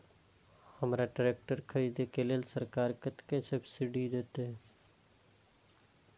हमरा ट्रैक्टर खरदे के लेल सरकार कतेक सब्सीडी देते?